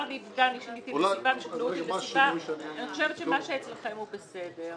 אני חושבת שמה שאצלכם הוא בסדר.